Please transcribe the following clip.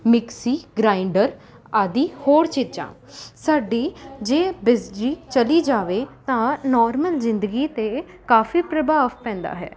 mixie grinder ਆਦਿ ਹੋਰ ਚੀਜ਼ਾਂ ਸਾਡੀ ਜੇ ਬਿਜਲੀ ਚਲੀ ਜਾਵੇ ਤਾਂ ਨੋਰਮਲ ਜ਼ਿੰਦਗੀ 'ਤੇ ਕਾਫੀ ਪ੍ਰਭਾਵ ਪੈਂਦਾ ਹੈ